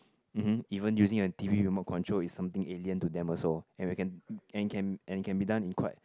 um hmm even using a T_V remote control is something alien to them also and it can and it can and it can be done in quite